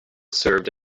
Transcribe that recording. served